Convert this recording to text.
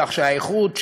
כך שהאיכות,